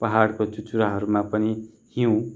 पाहाडको चुचुराहरूमा पनि हिउँ